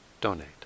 donate